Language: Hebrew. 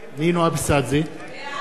נינו אבסדזה, בעד